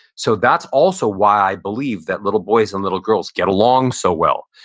so that's also why i believe that little boys and little girls get along so well,